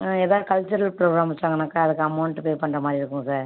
ஆ எதா cultural programme வச்சாங்கன்னாக்கா அதுக்கு அமௌன்ட்டு பே பண்ணுற மாதிரி இருக்கும் சார்